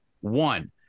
one